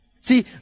See